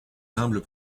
humbles